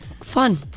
Fun